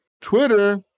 Twitter